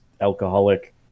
alcoholic